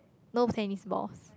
no tennis balls